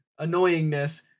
annoyingness